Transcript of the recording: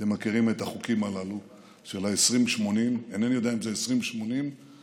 אתם מכירים את החוקים הללו של ה-20 80. אינני יודע אם זה 20 80 או,